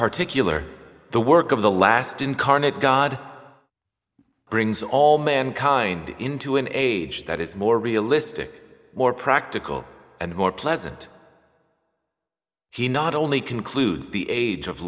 particular the work of the last incarnate god brings all mankind into an age that is more realistic more practical and more pleasant he not only concludes the age of